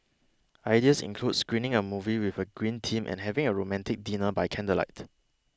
ideas include screening a movie with a green theme and having a romantic dinner by candlelight